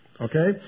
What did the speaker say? Okay